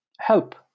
help